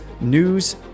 News